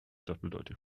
doppeldeutig